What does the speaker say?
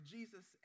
Jesus